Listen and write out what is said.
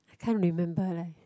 I can't remember leh